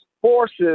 forces